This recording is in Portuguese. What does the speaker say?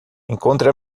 encontre